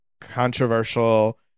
controversial